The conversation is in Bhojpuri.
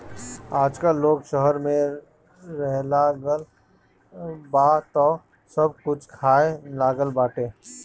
आजकल लोग शहर में रहेलागल बा तअ सब कुछ खाए लागल बाटे